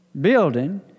building